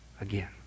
again